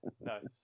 Nice